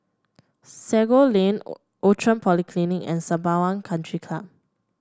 Sago Lane Outram Polyclinic and Sembawang Country Club